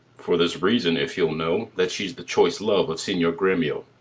for this reason, if you'll know, that she's the choice love of signior gremio.